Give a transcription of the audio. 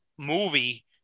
movie